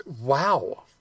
Wow